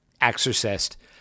Exorcist –